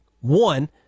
One